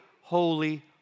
holy